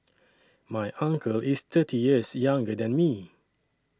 my uncle is thirty years younger than me